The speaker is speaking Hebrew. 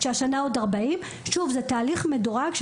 והשנה עוד 40. שוב, זה תהליך מדורג.